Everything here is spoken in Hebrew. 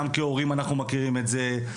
גם כהורים אנחנו מכירים את זה,